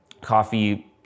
coffee